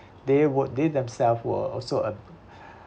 they would they themselves will also a bad